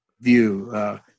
view